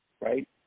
Right